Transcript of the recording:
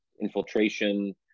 infiltration